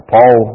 Paul